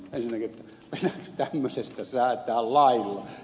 ensinnäkin pitääkö tämmöisestä säätää lailla